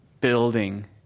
building